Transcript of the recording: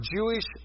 Jewish